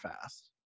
fast